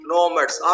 Nomads